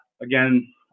again